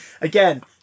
Again